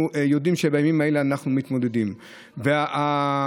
יודעים שבימים אלו אנחנו מתמודדים איתם.